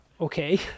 Okay